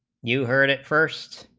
you heard it first